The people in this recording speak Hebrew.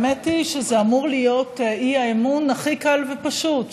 האמת היא שזה אמור להיות האי-אמון הכי קל ופשוט.